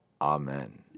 Amen